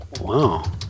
Wow